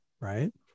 Right